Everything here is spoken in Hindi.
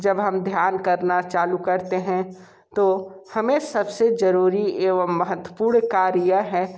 जब हम ध्यान करना चालू करते हैं तो हमें सब से ज़रूरी एवं महत्वपूर्ण कार्य यह है